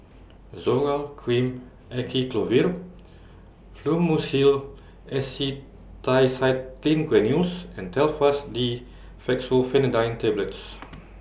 Zoral Cream Acyclovir Fluimucil Acetylcysteine Granules and Telfast D Fexofenadine Tablets